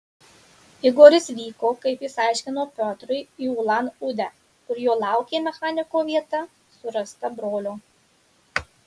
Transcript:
igoris vyko kaip jis aiškino piotrui į ulan udę kur jo laukė mechaniko vieta surasta brolio